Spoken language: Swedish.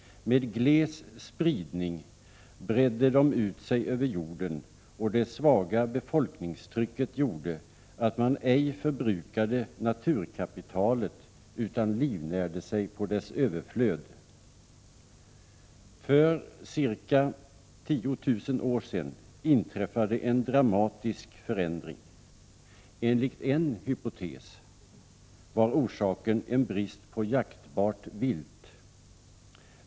Med gles spridning bredde de ut sig över jorden, och det svaga befolkningstrycket gjorde att man ej förbrukade naturkapitalet utan livnärde sig på dess överflöd. För ca 10 000 år sedan inträffade en dramatisk förändring. Enligt en hypotes var orsaken en brist på jaktbart vilt.